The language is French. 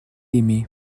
aimée